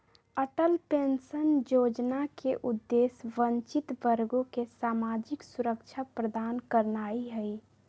Atal pension जोजना के उद्देश्य वंचित वर्गों के सामाजिक सुरक्षा प्रदान करनाइ हइ